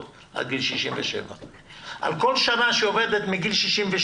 עד גיל 67. על כל שנה שהיא עובדת מגיל 62,